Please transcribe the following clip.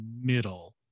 middle